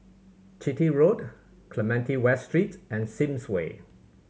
Chitty Road Clementi West Street and Sims Way